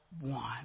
one